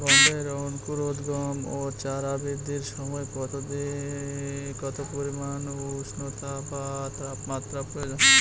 গমের অঙ্কুরোদগম ও চারা বৃদ্ধির সময় কত পরিমান উষ্ণতা বা তাপমাত্রা প্রয়োজন?